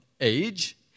age